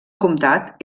comtat